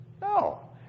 No